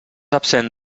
absent